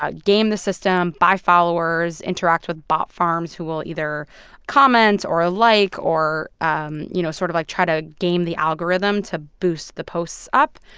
ah game the system, buy followers, interact with bot farms who will either comment or ah like or, um you know, sort of, like, try to game the algorithm to boost the posts up.